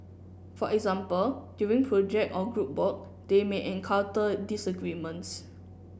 for example during project or group work they may encounter disagreements